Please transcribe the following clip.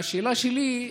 השאלה שלי: